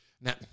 Now